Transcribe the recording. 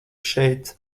šeit